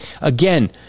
Again